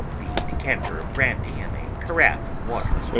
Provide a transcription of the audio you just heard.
the decanter of brandy and a carafe of water.